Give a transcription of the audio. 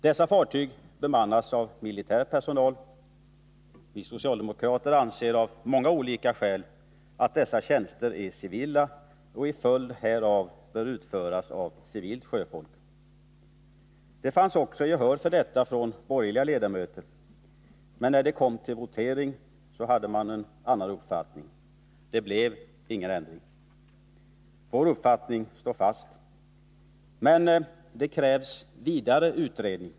Dessa fartyg bemannas av militär personal. Vi socialdemokrater anser av många olika skäl att dessa tjänster är civila och som följd härav bör utföras av civilt sjöfolk. Det fanns också gehör för denna ståndpunkt hos borgerliga ledamöter, men när det kom till votering hade man en annan uppfattning. Det blev ingen ändring. Vår uppfattning står fast, men det krävs vidare utredning.